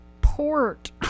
port